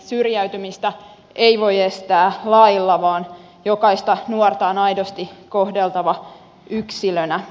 syrjäytymistä ei voi estää lailla vaan jokaista nuorta on aidosti kohdeltava yksilönä